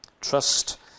Trust